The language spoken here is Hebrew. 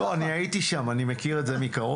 לא, אני הייתי שם, אני מכיר את זה מקרוב.